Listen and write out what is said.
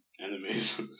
enemies